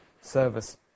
service